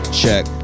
check